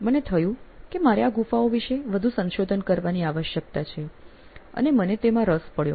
મને થયું કે મારે આ ગુફાઓ વિષે વધુ સંશોધન કરવાની આવશ્યકતા છે અને મને તેમાં રસ પડ્યો